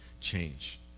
change